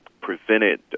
prevented